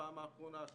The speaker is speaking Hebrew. בפעם האחרונה,